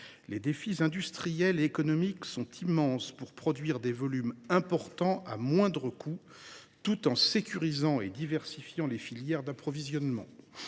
Les défis industriels et économiques sont immenses pour produire des volumes importants, à moindre coût, tout en sécurisant et en diversifiant les filières d’approvisionnement.